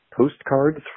Postcards